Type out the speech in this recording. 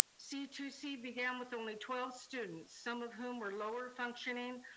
c two c began with only twelve students, some of whom were lower functioning,